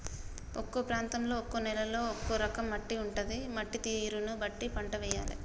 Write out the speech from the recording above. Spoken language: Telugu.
ఒక్కో ప్రాంతంలో ఒక్కో నేలలో ఒక్కో రకం మట్టి ఉంటది, మట్టి తీరును బట్టి పంట వేయాలే